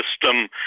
system